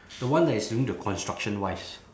the one that is doing the construction wise